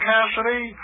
Cassidy